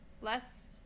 less